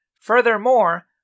Furthermore